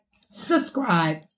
subscribe